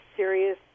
serious